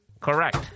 correct